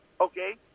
Okay